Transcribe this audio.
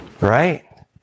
Right